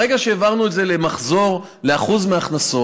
ברגע שהעברנו את זה למחזור, לאחוז מההכנסות,